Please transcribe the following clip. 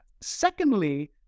Secondly